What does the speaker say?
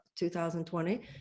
2020